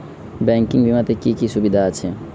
Banking বিমাতে কি কি সুবিধা আছে?